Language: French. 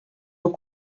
nos